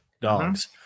dogs